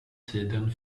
tiden